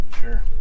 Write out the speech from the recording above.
Sure